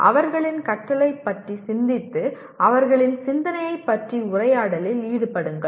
அவர்களின் கற்றலைப் பற்றி சிந்தித்து அவர்களின் சிந்தனையைப் பற்றி உரையாடலில் ஈடுபடுங்கள்